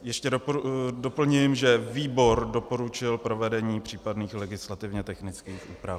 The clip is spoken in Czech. Ještě doplním, že výbor doporučil provedení případných legislativně technických úprav.